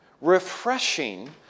refreshing